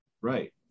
right